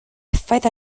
effaith